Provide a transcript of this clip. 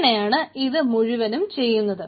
ഇങ്ങനെയാണ് ഇത് മുഴുവൻ ചെയ്യുന്നത്